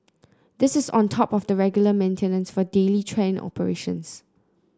this is on top of the regular maintenance for daily train operations